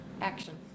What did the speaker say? action